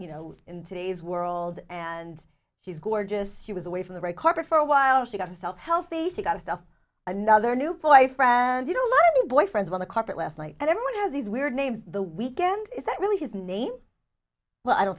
you know in today's world and she's gorgeous she was away from the red carpet for a while she got herself healthy she got herself another new boyfriend you know money boyfriends on the carpet last night and everyone has these weird names the weekend is that really his name well i don't